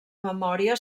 memòria